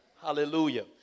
Hallelujah